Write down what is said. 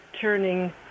turning